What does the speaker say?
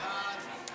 סעיפים